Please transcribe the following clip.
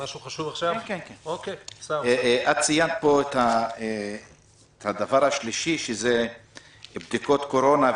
את ציינת פה בדבר השלישי בדיקות קורונה.